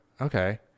Okay